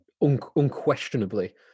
unquestionably